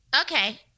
Okay